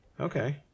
Okay